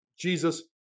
Jesus